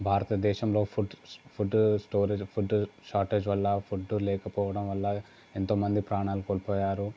భారతదేశంలో food food storage food shortage వల్ల food లేకపోవడం వల్ల ఎంతో మంది ప్రాణాలు కోల్పోయారు